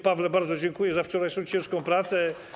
Pawle, bardzo dziękuję za wczorajszą ciężką pracę.